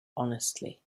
honestly